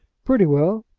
pretty well.